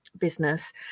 business